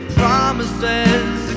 promises